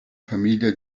famiglia